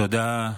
תודה.